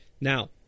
Now